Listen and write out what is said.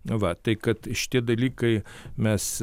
nu va tai kad šitie dalykai mes